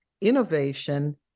innovation